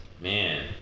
Man